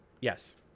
Yes